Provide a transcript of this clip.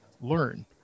learn